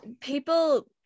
People